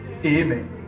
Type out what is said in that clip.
Amen